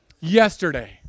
Yesterday